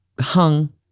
hung